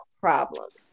problems